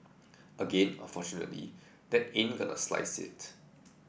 again unfortunately that ain't gonna slice it